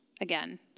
again